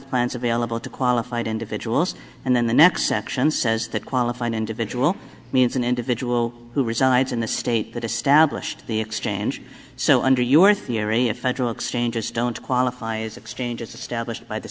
plans available to qualified individuals and then the next section says that qualified individual means an individual who resides in the state that established the exchange so under your theory a federal exchanges don't qualify as exchanges to stablish by the